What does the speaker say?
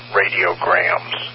radiograms